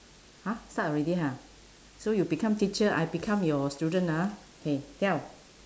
!huh! start already ha so you become teacher I become your student ah K tell